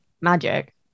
magic